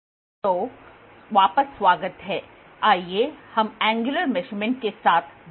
तो वापस स्वागत है आइए हम एंग्युलर मेज़रमेंट के साथ जारी रखें